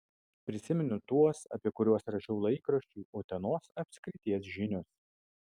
prisimenu tuos apie kuriuos rašiau laikraščiui utenos apskrities žinios